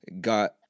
got